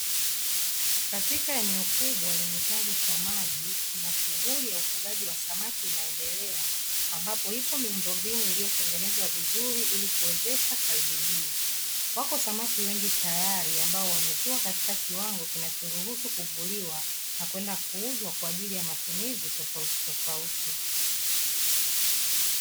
Katika eneo kubwa lenye chanzo cha maji, kuna shughuli ya ufugaji wa samaki inaendelea, ambapo ipo miundombinu iliyotengenezwa vizuri ili kuwezesha kazi hii. Wapo samaki wengi tayari ambao wamekua katika kiwango kinachoruhusu kuvuliwa na kwenda kuuzwa kwa ajili ya matumizi tofautitofauti.